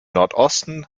nordosten